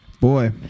boy